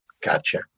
Gotcha